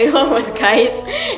!aiyo!